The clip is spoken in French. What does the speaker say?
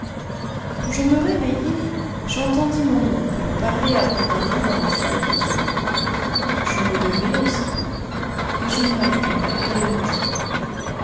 quand je me réveillai j'entendis mon oncle parler abondamment dans la salle voisine je me levai aussitôt et je me hâtai d'aller le rejoindre